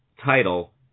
title